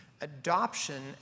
adoption